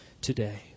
today